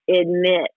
admit